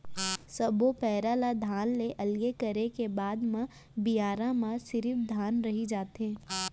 सब्बो पैरा ल धान ले अलगे करे के बाद म बियारा म सिरिफ धान रहि जाथे